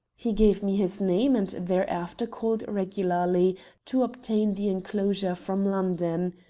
he gave me his name, and thereafter called regularly to obtain the enclosure from london.